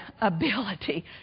ability